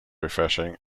refreshing